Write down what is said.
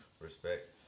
respect